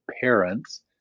parents